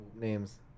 names